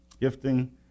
gifting